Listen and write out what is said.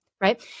right